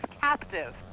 captive